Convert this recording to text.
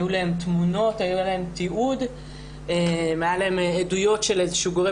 היו להן תמונות ותיעוד ועדויות של גורם